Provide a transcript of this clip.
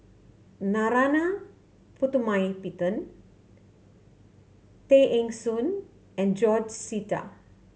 Narana Putumaippittan Tay Eng Soon and George Sita